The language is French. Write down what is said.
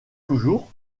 toujours